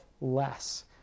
less